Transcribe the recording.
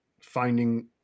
finding